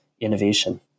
innovation